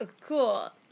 cool